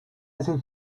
think